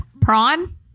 prawn